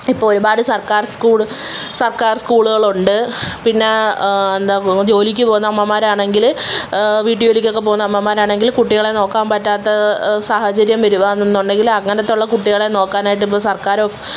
ഇപ്പോള് ഒരുപാട് സർക്കാർ സ്കൂള് സർക്കാർ സ്കൂളുകളുണ്ട് പിന്നെ എന്താണ് ജോലിക്ക് പോകുന്ന അമ്മമാരാണെങ്കില് വീട്ടു ജോലിക്കൊക്കെ പോകുന്ന അമ്മമാരാണങ്കില് കുട്ടികളെ നോക്കാൻ പറ്റാത്ത സാഹചര്യം വരുവാണെന്നുണ്ടെങ്കില് അങ്ങനത്തൊള്ള കുട്ടികളെ നോക്കാനായിട്ടിപ്പോള് സർക്കാരും